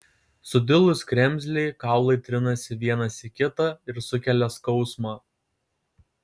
sudilus kremzlei kaulai trinasi vienas į kitą ir sukelia skausmą